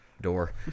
door